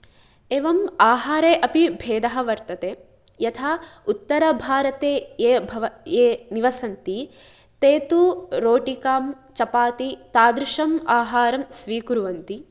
एवम् आहारे अपि भेदः वर्तते यथा उत्तरभारते ये भव ये निवसन्ति ते तु रोटिकां चपाति तादृशम् आहारं स्वीकुर्वन्ति